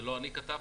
זה לא אני כתבתי,